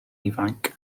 ifanc